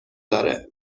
داره